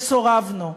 וסורבנו.